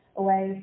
away